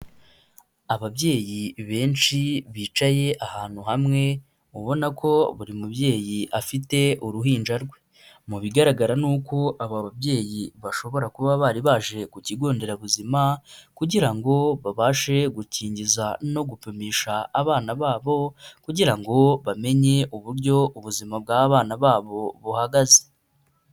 Ababyeyi benshi bicaye ahantu hamwe ubona ko buri mubyeyi afite uruhinja rwe, mu bigaragara ni uko aba babyeyi bashobora kuba bari baje ku kigo nderabuzima kugira ngo babashe gukingiza no gupimisha abana babo kugira ngo bamenye uburyo ubuzima bw'abana babo buhagaze.